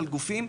על גופים,